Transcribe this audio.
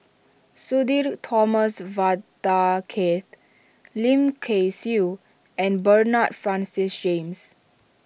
Sudhir Thomas Vadaketh Lim Kay Siu and Bernard Francis James